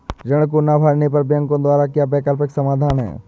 ऋण को ना भरने पर बैंकों द्वारा क्या वैकल्पिक समाधान हैं?